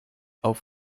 auf